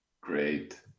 Great